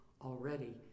already